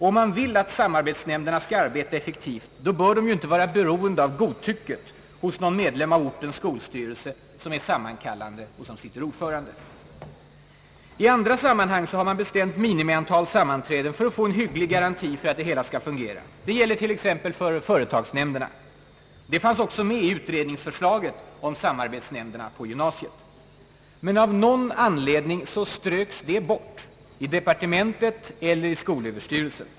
Om man vill att samarbetsnämnderna skall arbeta effektivt bör de inte vara beroende av godtycke hos någon medlem av ortens skolstyrelse som är sammankallande och sitter som ordförande. I andra sammanhang har man bestämt minimiantal sammanträden för att få en hygglig garanti för att det hela skall fungera. Det gäller t.ex. för företagsnämnderna. De fanns också med i utredningsförslaget om samarbetsnämnderna på gymnasiet, men av någon anledning ströks de — av departementet eller av skolöverstyrelsen.